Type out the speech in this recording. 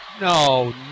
No